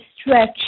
stretch